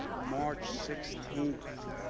march sixteenth,